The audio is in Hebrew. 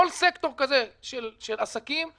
כל סקטור כזה של עסקים,